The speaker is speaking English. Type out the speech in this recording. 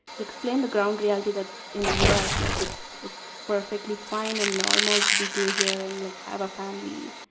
explain the ground reality that in the us, like, it's it's perfectly fine and normal to be gay here and like have a family.